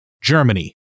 Germany